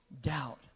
doubt